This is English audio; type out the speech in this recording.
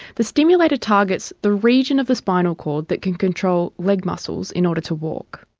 the stimulator targets the region of the spinal cord that can control leg muscles in order to walk.